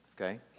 Okay